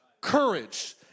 courage